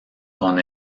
con